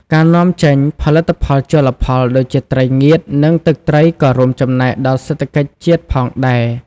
ការនាំចេញ ផលិតផលជលផលដូចជាត្រីងៀតនិងទឹកត្រីក៏រួមចំណែកដល់សេដ្ឋកិច្ចជាតិផងដែរ។